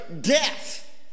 death